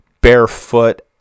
barefoot